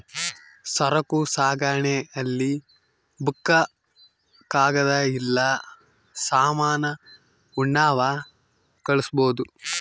ಸರಕು ಸಾಗಣೆ ಅಲ್ಲಿ ಬುಕ್ಕ ಕಾಗದ ಇಲ್ಲ ಸಾಮಾನ ಉಣ್ಣವ್ ಕಳ್ಸ್ಬೊದು